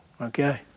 Okay